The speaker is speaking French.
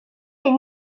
les